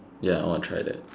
ya want try that